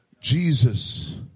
Jesus